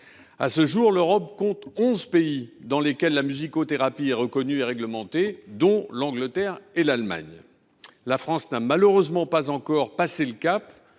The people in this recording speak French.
À ce jour, l’Europe compte onze pays où la musicothérapie est reconnue et réglementée, dont le Royaume Uni et l’Allemagne. La France n’a malheureusement pas encore passé ce cap,